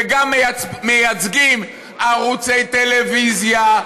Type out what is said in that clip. וגם מייצגים ערוצי טלוויזיה,